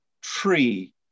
tree